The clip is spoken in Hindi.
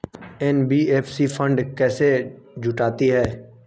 एन.बी.एफ.सी फंड कैसे जुटाती है?